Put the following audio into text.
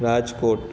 Rajkot